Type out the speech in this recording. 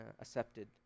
accepted